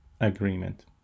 Agreement